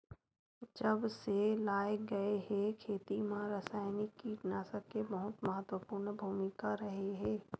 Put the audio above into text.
जब से लाए गए हे, खेती मा रासायनिक कीटनाशक के बहुत महत्वपूर्ण भूमिका रहे हे